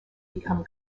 become